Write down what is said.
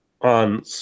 on